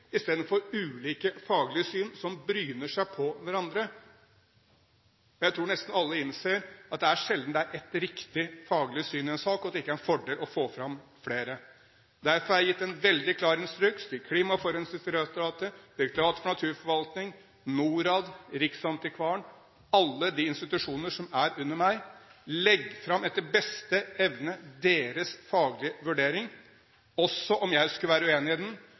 istedenfor ulike faglige syn som bryner seg på hverandre. Jeg tror nesten alle innser at det sjelden er ett faglig syn i en sak som er riktig, og at det er en fordel å få fram flere. Derfor har jeg gitt en veldig klar instruks til Klima- og forurensningsdirektoratet, Direktoratet for naturforvaltning, NORAD, Riksantikvaren – alle de institusjoner som er under meg: Legg fram etter beste evne deres faglige vurdering, også om jeg skulle være